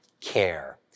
Care